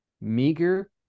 meager